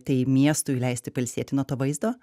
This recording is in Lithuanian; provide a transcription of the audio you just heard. tai miestui leisti pailsėti nuo to vaizdo